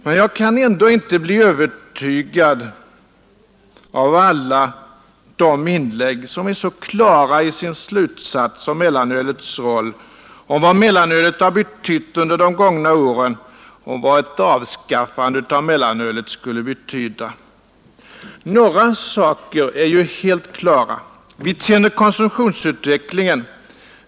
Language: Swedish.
Men jag kan ändå inte bli övertygad av alla de inlägg som är så klara i sin slutsats om mellanölets roll, om vad mellanölet har betytt under de gångna åren, om vad ett avskaffande av mellanölet skulle betyda. Några saker är helt klara. Vi känner konsumtionsutvecklingen.